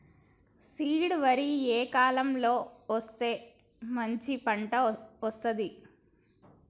Seed వరి ఏ కాలం లో వేస్తే మంచి పంట వస్తది?